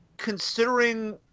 Considering